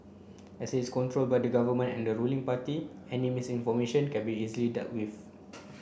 as it's controlled by the Government and the ruling party any misinformation can be easily dealt with